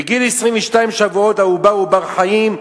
בגיל 22 שבועות העובר הוא בר-חיים,